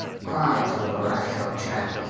quite all right, old chap.